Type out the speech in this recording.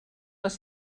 les